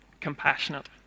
compassionate